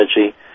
energy